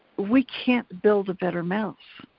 we can't build a better mouse.